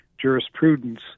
jurisprudence